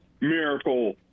miracle